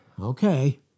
Okay